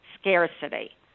scarcity